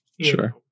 sure